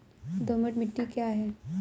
दोमट मिट्टी क्या है?